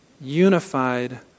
unified